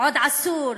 עוד עשור,